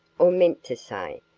or meant to say,